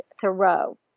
Thoreau